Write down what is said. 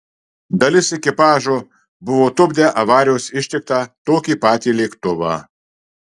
dalis ekipažo buvo tupdę avarijos ištiktą tokį patį lėktuvą